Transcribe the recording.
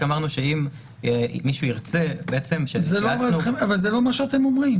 רק אמרנו שאם מישהו ירצה -- אבל זה לא מה שאתם אומרים.